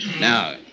Now